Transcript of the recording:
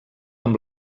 amb